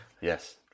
Yes